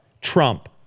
Trump